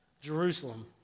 Jerusalem